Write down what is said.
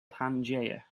pangaea